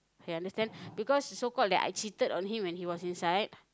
okay understand because so called that I cheated on him when he was inside